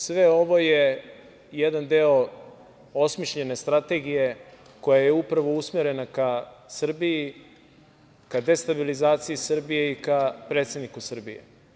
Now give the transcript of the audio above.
Sve ovo je jedan deo osmišljene strategije koja je upravo usmerena ka Srbiji, ka destabilizaciji Srbije i ka predsedniku Srbije.